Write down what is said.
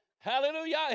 Hallelujah